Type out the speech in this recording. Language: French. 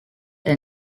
elle